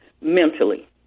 mentally